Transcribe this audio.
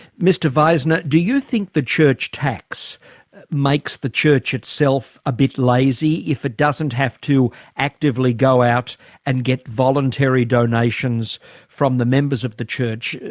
mr weisner, do you think the church tax makes the church itself a bit lazy if it doesn't have to actively go out and get voluntary donations from the members of the church?